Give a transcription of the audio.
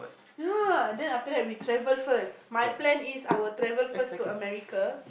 ya then after that we travel first my plan is I will travel first to America